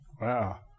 wow